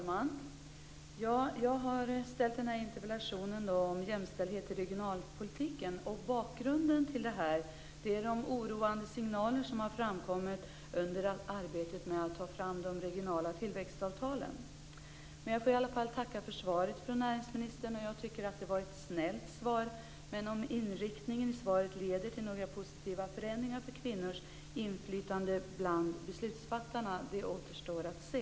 Fru talman! Jag har ställt denna interpellation om jämställdhet i regionalpolitiken. Bakgrunden är de oroande signaler som har framkommit under arbetet med att ta fram de regionala tillväxtavtalen. Jag får i alla fall tacka för svaret från näringsministern. Jag tycker att det var ett snällt svar. Men om inriktningen i svaret leder till några positiva förändringar för kvinnors inflytande bland beslutsfattarna återstår att se.